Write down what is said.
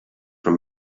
from